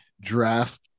draft